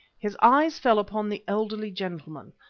his eyes fell upon the elderly gentleman,